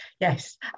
Yes